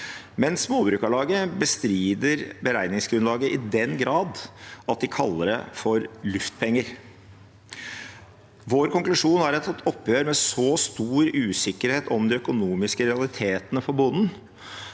og Småbrukarlag bestrider beregningsgrunnlaget i den grad at de kaller det for luftpenger. Vår konklusjon er at et oppgjør med så stor usikkerhet om de økonomiske realitetene for bonden,